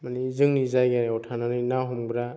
माने जोंनि जायगायाव थानानै ना हमग्रा